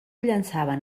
llançaven